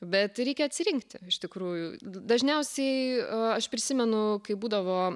bet reikia atsirinkti iš tikrųjų dažniausiai aš prisimenu kai būdavo